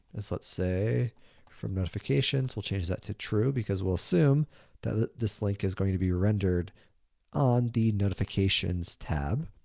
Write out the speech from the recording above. is let's say from notifications, we'll change that to true because we'll assume that this link is going to be rendered on the notifications tab.